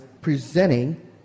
presenting